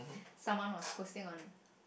someone was posting on